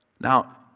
now